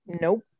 nope